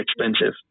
expensive